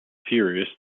furious